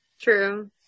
True